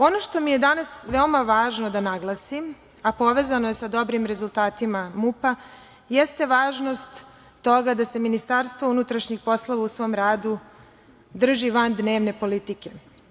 Ono što mi je danas veoma važno da naglasim, a povezano je sa dobrim rezultatima MUP-a, jeste važnost toga da se MUP u svom radu drži van dnevne politike.